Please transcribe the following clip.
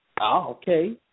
Okay